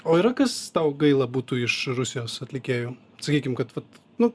o yra kas tau gaila būtų iš rusijos atlikėjų sakykim kad vat nu